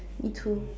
me too